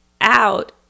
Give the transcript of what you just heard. out